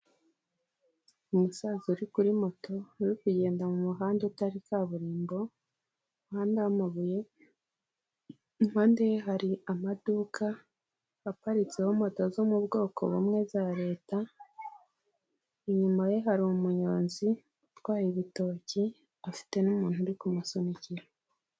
Umusaza uri kuri moto iri kugenda mu muhanda utari kaburimbo, umuhanda wamabuye, impande ye hari amaduka aparitseho moto zo mu bwoko bumwe za Leta, inyuma ye hari umunyonzi utwaye igitoki, afite n'umuntu uri kumusunikira.